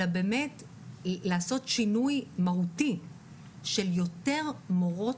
אלא באמת לעשות שינוי מהותי של יותר מורות